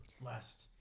last